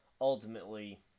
ultimately